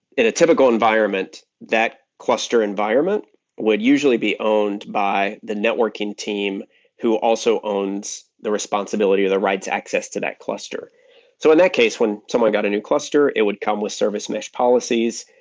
in a typical environment, that cluster environment would usually be owned by the networking team who also owns the responsibility, or the right to access to that cluster so in that case when someone got a new cluster, it would come with service mesh policies.